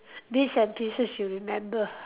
bits and pieces you remember